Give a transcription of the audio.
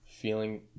feeling